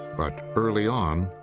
but early on,